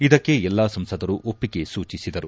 ಇದಕ್ಕೆ ಎಲ್ಲಾ ಸಂಸದರು ಒಪ್ಪಿಗೆ ಸೂಚಿಸಿದರು